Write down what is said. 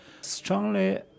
strongly